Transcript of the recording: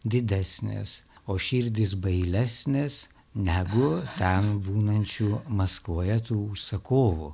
didesnės o širdys bailesnės negu ten būnančių maskvoje tų užsakovų